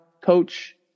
coach